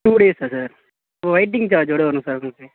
two டேஸ்ஸா sir waiting சார்ஜோடு வரும் சார் உங்களுக்கு